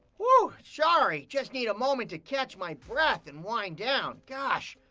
whoo! sorry, just need a moment to catch my breath and wind down. gosh.